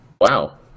Wow